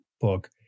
book